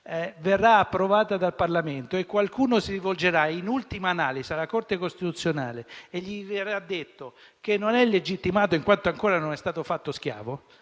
verrà approvata dal Parlamento e qualcuno si rivolgerà in ultima analisi alla Corte costituzionale e gli verrà detto che non è legittimato, in quanto ancora non è stato fatto schiavo,